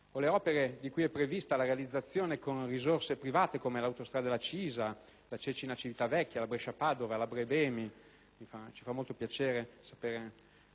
o le opere di cui è prevista la realizzazione con risorse private, come l'autostrada della Cisa, la Cecina-Civitavecchia, la Brescia-Padova, la Bre-Be-Mi. Ci fa molto piacere sapere